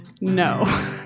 No